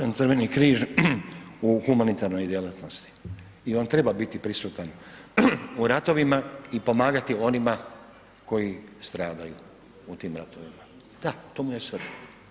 Ja poštujem Crveni križ u humanitarnoj djelatnosti i on treba biti prisuta u ratovima i pomagati onima koji stradaju u tim ratovima, da to mu je svrha.